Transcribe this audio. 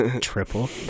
triple